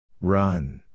Run